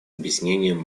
объяснением